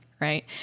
right